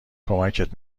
کمکت